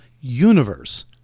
universe